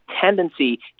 tendency